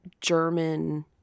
german